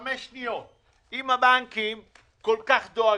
--- אם הבנקים כל כך דואגים,